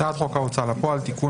הצעת חוק ההוצאה לפועל (תיקון,